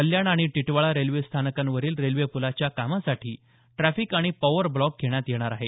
कल्याण आणि टिटवाळा रेल्वे स्थानकाजवळील रेल्वे पुलाच्या कामासाठी ट्रॅफिक आणि पॉवर ब्लॉक घेण्यात येणार आहे